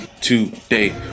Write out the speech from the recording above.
today